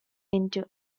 into